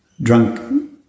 drunk